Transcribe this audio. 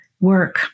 work